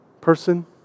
person